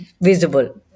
visible